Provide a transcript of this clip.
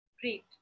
Great